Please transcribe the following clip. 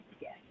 yes